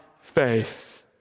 faith